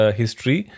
history